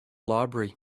library